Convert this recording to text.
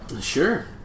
sure